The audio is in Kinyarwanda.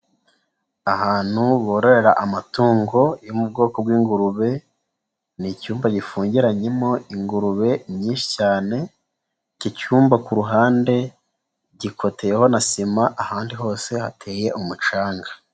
Ahantu bororera amatungo yo mu bwoko bw'ingurube, ni icyumba gifungiranyemo ingurube nyinshi cyane, iki cyumba ku ruhande gikoteyeho na sima, ahandi hose hateye umucanga.